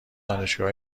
دانشگاه